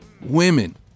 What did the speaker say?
Women